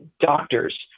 doctors